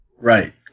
Right